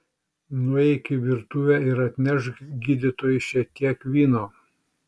nueik į virtuvę ir atnešk gydytojui šiek tiek vyno